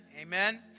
Amen